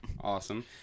Awesome